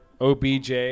OBJ